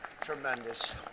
tremendous